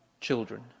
children